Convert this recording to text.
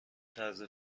طرز